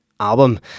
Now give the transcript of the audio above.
album